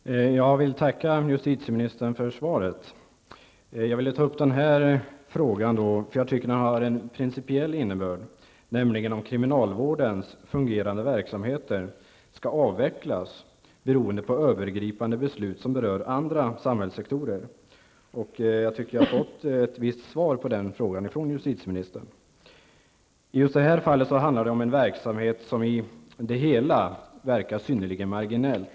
Fru talman! Jag vill tacka justitieministern för svaret. Min fråga har en principiell innebörd, nämligen om kriminalvårdens fungerande verksamheter skall avvecklas beroende på övergripande beslut som berör andra samhällssektorer. Jag tycker att jag har fått ett visst svar på den frågan av justitieministern. I det här fallet gäller det en verksamhet som i det hela är synnerligen marginell.